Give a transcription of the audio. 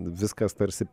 viskas tarsi